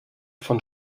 von